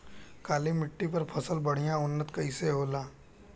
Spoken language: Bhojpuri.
काली मिट्टी पर फसल बढ़िया उन्नत कैसे होला?